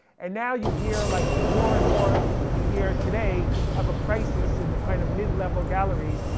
and now you hear, like more and more you hear today of a crisis in the kind of mid level galleries,